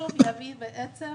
שהחישוב יביא בעצם